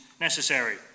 necessary